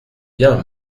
bien